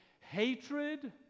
Hatred